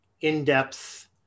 in-depth